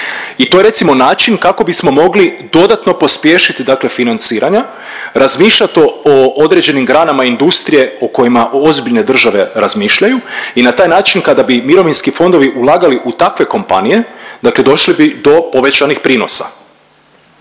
I to je recimo način kako bismo mogli dodatno pospješiti dakle financiranja, razmišljat o određenim granama industrije o kojima ozbiljne države razmišljaju i na taj način kada bi mirovinski fondovi ulagali u takve kompanije, dakle došli bi do povećanih prinosa.